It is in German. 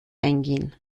eingehen